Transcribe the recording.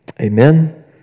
Amen